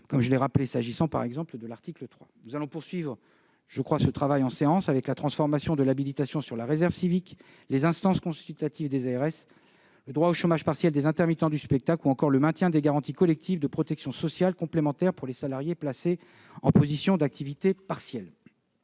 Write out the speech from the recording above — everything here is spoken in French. suppressions, s'agissant par exemple de l'article 3. Nous allons continuer ce travail en séance avec la transformation de l'habilitation sur la réserve civique, les instances consultatives des agences régionales de santé (ARS), le droit au chômage partiel des intermittents du spectacle, ou encore le maintien des garanties collectives de protection sociale complémentaire pour les salariés placés en position d'activité partielle.